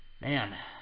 man